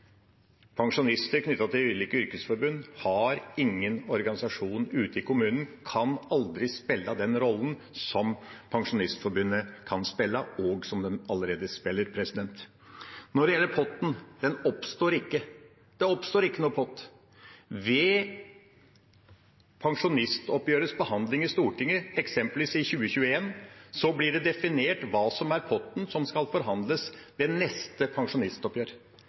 Pensjonister knyttet til ulike yrkesforbund har ingen organisasjon ute i kommunen og kan aldri spille den rollen som Pensjonistforbundet kan spille, og som de allerede spiller. Når det gjelder potten, så oppstår den ikke. Det oppstår ikke noen pott. Ved pensjonsoppgjørets behandling i Stortinget, eksempelvis i 2021, blir det definert hva som er potten som skal forhandles ved neste